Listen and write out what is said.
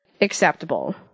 acceptable